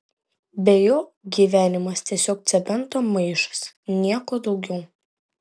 be jo gyvenimas tiesiog cemento maišas nieko daugiau